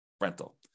rental